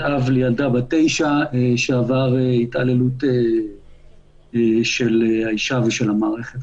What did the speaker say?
אב לילדה בת 9, שעבר התעללות של האישה ושל המערכת.